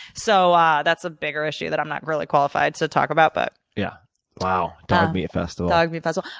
so um that's a bigger issue that i'm not really qualified to talk about. but yeah wow, dog meat festival. dog meat festival.